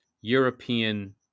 European